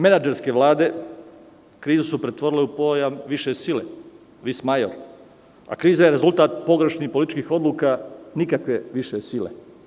Menadžerske vlade krize su pretvorile u pojam više sile, a kriza je rezultat pogrešnih političkih odluka, nikakve više sile.